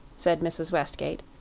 said mrs. westgate.